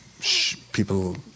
people